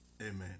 Amen